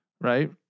right